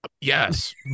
Yes